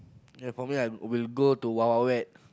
and probably like will like go to Wild-Wild-Wet